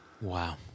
Wow